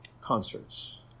concerts